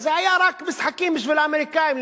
אז זה היה רק משחקים בשביל האמריקנים,